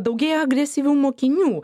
daugėja agresyvių mokinių